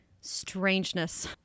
strangeness